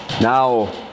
Now